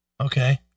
Okay